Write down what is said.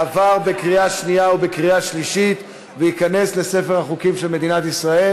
עבר בקריאה שנייה ובקריאה שלישית וייכנס לספר החוקים של מדינת ישראל.